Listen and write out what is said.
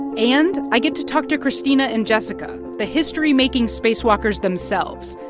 and i get to talk to christina and jessica, the history-making spacewalkers themselves,